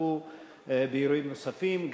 השתתפו באירועים נוספים.